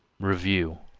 review,